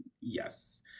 yes